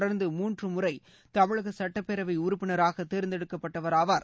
தொடர்ந்து மூன்று முறை தமிழக சட்டப்பேரவை உறப்பினராக தேர்ந்தெடுக்கப்பட்டவர் ஆவார்